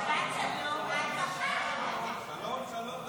חוק הביטוח הלאומי (תיקון מס' 253 והוראות שעה),